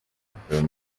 yatawe